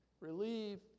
relieve